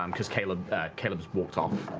um because caleb's caleb's walked off.